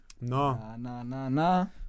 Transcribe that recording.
no